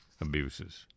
abuses